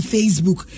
Facebook